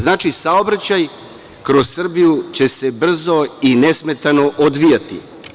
Znači, saobraćaj kroz Srbiju će se brzo i nesmetano odvijati.